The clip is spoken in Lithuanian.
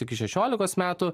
iki šešiolikos metų